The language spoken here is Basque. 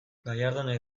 gallardonek